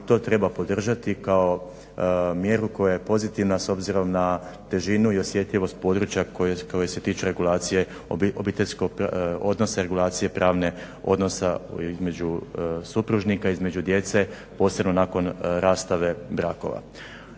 to treba podržati kao mjeru koja je pozitivna s obzirom na težinu i osjetljivost područja koje se tiču regulacije obiteljskog, odnosa regulacije pravne odnosa između supružnika, između djece posebno nakon rastave brakova.